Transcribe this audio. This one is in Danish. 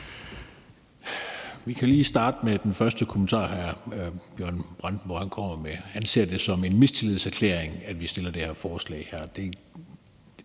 Vi kan lige starte med den første kommentar, hr. Bjørn Brandenborg kommer med. Han ser det som en mistillidserklæring, at vi stiller det her forslag.